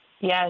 yes